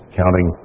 counting